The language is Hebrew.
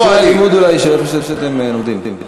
אולי בספרי הלימוד של, שאתם לומדים.